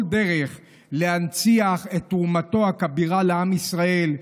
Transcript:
כל דרך להנציח את תרומתו הכבירה לעם ישראל,